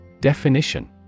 Definition